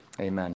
Amen